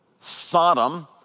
Sodom